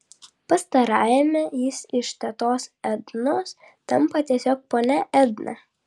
pastarajame jis iš tetos ednos tampa tiesiog ponia edna